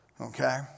Okay